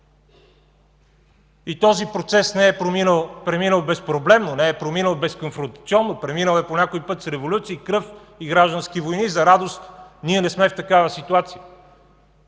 и този процес не е преминал безпроблемно, не е преминал безконфронтационно, преминал е по някой път с кръв, революции и граждански войни. За радост ние не сме в такава ситуация.